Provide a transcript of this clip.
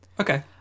Okay